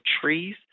trees